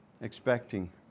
expecting